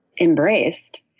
embraced